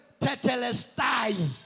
tetelestai